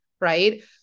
right